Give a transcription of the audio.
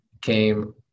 came